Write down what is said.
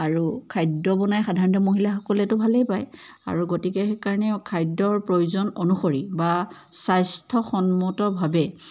আৰু খাদ্য বনাই সাধাৰণতে মহিলাসকলেতো ভালেই পায় আৰু গতিকে সেইকাৰণে খাদ্যৰ প্ৰয়োজন অনুসৰি বা স্বাস্থ্যসন্মতভাৱে